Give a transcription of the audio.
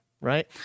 right